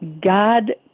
God